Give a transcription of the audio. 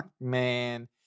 Man